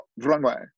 Runway